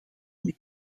mee